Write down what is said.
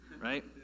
right